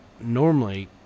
normally